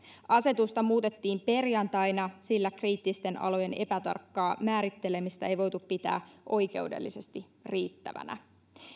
asetusta muutettiin perjantaina sillä kriittisten alojen epätarkkaa määrittelemistä ei voitu pitää oikeudellisesti riittävänä